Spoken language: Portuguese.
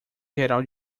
geral